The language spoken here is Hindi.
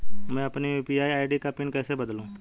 मैं अपनी यू.पी.आई आई.डी का पिन कैसे बदलूं?